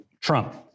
Trump